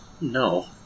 No